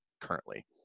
currently